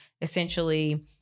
essentially